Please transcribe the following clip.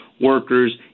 workers